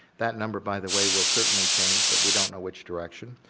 that number by the way will certainly change but we don't know which direction,